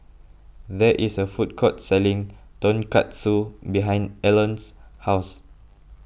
there is a food court selling Tonkatsu behind Elon's house